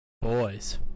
boys